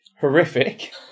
horrific